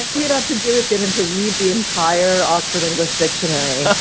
all you'd have to do is get him to read the entire oxford english dictionary.